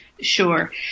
Sure